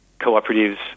cooperatives